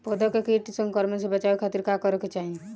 पौधा के कीट संक्रमण से बचावे खातिर का करे के चाहीं?